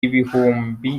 ibihumbi